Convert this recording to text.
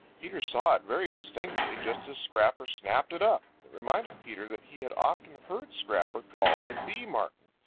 peter saw it very distinctly just as scrapper snapped it up. it reminded peter that he had often heard scrapper called the bee martin,